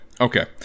Okay